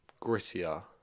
grittier